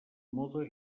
moda